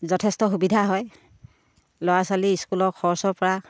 যথেষ্ট সুবিধা হয় ল'ৰা ছোৱালী স্কুলৰ খৰচৰ পৰা